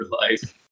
life